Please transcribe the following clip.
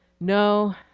No